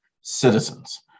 citizens